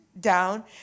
Down